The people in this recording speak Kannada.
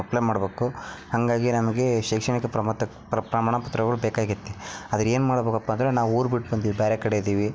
ಅಪ್ಲೈ ಮಾಡ್ಬೇಕು ಹಾಗಾಗಿ ನಮಗೆ ಶೈಕ್ಷಣಿಕ ಪ್ರಮಾಣ ಪ್ರ ಪ್ರಮಾಣ ಪತ್ರಗಳು ಬೇಕಾಗೈತ್ತಿ ಆದರೆ ಏನು ಮಾಡ್ಬೇಕಪ್ಪ ಅಂದರೆ ನಾವು ಊರು ಬಿಟ್ಟು ಬಂದೀವಿ ಬೇರೆ ಕಡೆ ಇದ್ದೀವಿ